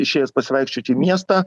išėjęs pasivaikščiot į miestą